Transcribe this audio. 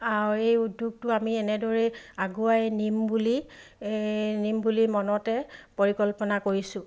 আৰু এই উদ্যোগটো আমি এনেদৰেই আগুৱাই নিম বুলি নিম বুলি মনতে পৰিকল্পনা কৰিছোঁ